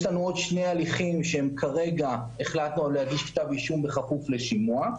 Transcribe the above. יש לנו עוד שני הליכים שכרגע החלטנו להגיש כתב אישום בכפוף לשימוע.